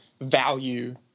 value